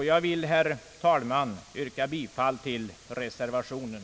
Jag vill, herr talman, yrka bifall till reservationen.